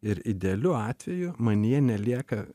ir idealiu atveju manyje nelieka